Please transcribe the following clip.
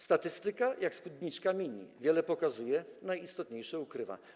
Statystyka jak spódniczka mini: wiele pokazuje, najistotniejsze ukrywa.